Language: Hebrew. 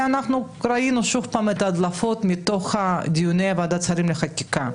ואנחנו ראינו שוב פעם את ההדלפות מתוך דיוני ועדת השרים לחקיקה.